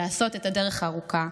לעשות את הדרך הארוכה.